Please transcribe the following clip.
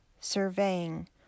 surveying